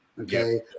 okay